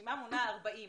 הרשימה מונה 40,